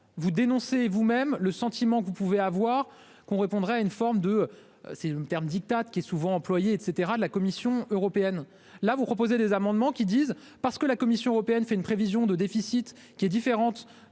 vous dénoncez vous-même le sentiment que vous pouvez avoir qu'on répondrait à une forme de ces mêmes terme diktats qui est souvent employé et cetera de la Commission européenne, là vous proposer des amendements qui disent parce que la Commission européenne fait une prévision de déficit qui est différente